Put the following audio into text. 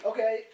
Okay